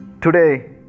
Today